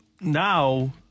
now